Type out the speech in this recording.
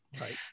Right